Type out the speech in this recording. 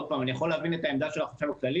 עוד פעם אני יכול להבין את העמדה של החשב הכללי,